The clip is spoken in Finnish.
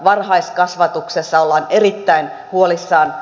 varhaiskasvatuksessa ollaan erittäin huolissaan